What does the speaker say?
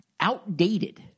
outdated